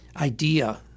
idea